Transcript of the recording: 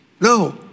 No